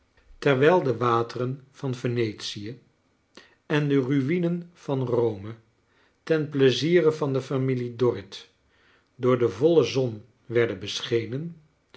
terwijl de wateren van venetie en de rui'nen van rome ten pleziere van de familie dorrit door de voile zoi werden beschenen